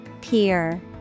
peer